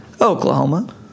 Oklahoma